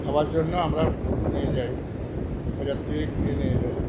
খাবার জন্য আমরা নিয়ে যাই বাজার থেকে কিনে নিয়ে যাই